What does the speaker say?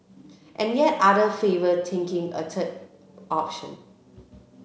and yet other favour taking a third option